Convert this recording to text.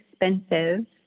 expensive